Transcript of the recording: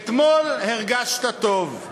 אתמול הרגשת טוב,